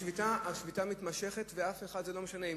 השביתה מתמשכת, וזה לא משנה לאף אחד.